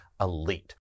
elite